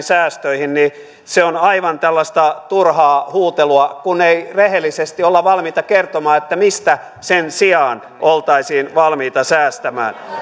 säästöihin ovat aivan tällaista turhaa huutelua kun ei rehellisesti olla valmiita kertomaan mistä sen sijaan oltaisiin valmiita säästämään